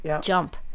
jump